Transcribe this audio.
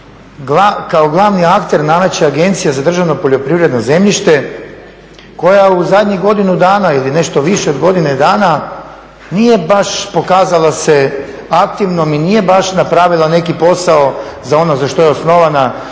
kao glavni akter nameće Agencija za državno poljoprivredno zemljište koja u zadnjih godinu dana ili nešto više od godine dana nije baš pokazala se aktivnom i nije baš napravila neki posao za ono za što je osnovana,